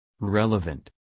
Relevant